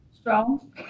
strong